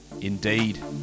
Indeed